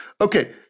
Okay